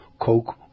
Coke